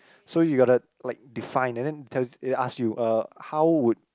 so you gotta like define and then tells ask you uh how would